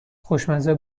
خوشمزه